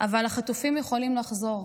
אבל החטופים יכולים לחזור.